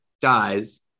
dies